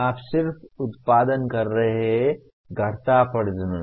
आप सिर्फ उत्पादन कर रहे हैं घटता प्रजनन